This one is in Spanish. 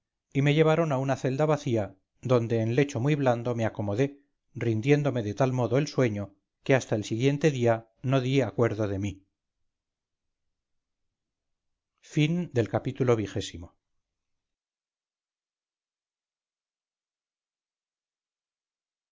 y me llevaron a una celda vacía donde en lecho muy blando me acomodé rindiéndome de tal modo el sueño que hasta el siguiente día no di acuerdo de mí ii